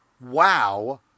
wow